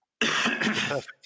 Perfect